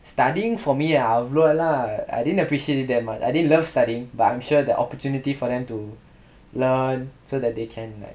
studying for me அவ்ளோ எல்லா:avlo ellaa I didn't appreciate it that much I didn't love studying but I'm sure that opportunity for them to learn so that they can like